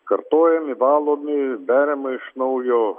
kartojami valomi beriama iš naujo